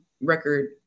record